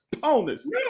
bonus